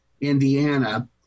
Indiana